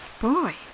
boy